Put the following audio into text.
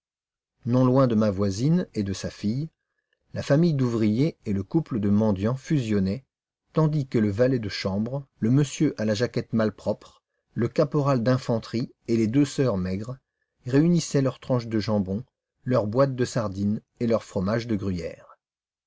non loin de ma voisine et de sa fille la famille d'ouvriers et le couple de mendiants fusionnaient tandis que le valet de chambre le monsieur à la jaquette malpropre le caporal d'infanterie et les deux sœurs maigres réunissaient leurs tranches de jambon leurs boîtes de sardines et leur fromage de gruyère